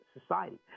society